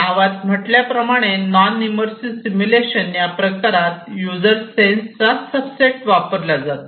नावात म्हटल्याप्रमाणे non immersive simulation या प्रकारात यूजर सेन्सचा सब सेट वापरला जातो